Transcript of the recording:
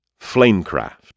Flamecraft